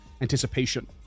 anticipation